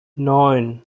neun